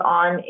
on